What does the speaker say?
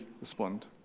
respond